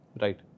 Right